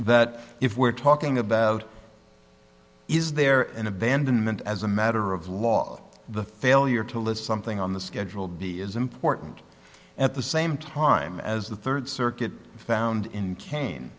that if we're talking about is there an abandonment as a matter of law the failure to list something on the schedule d is important at the same time as the third circuit found in kane